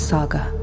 Saga